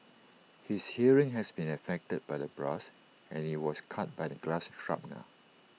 his hearing has been affected by the blast and he was cut by the glass shrapnel